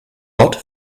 ort